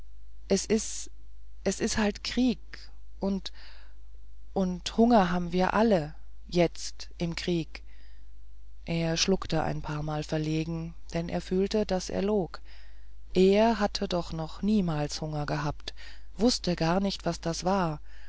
es is es is halt krieg und und hunger ham wir ja alle jetzt im krieg er schluckte ein paarmal verlegen denn er fühlte daß er log er hatte doch noch niemals hunger gehabt wußte gar nicht was das war